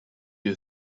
you